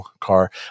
car